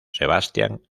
sebastián